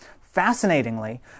fascinatingly